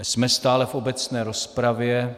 Jsme stále v obecné rozpravě.